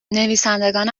نویسندگان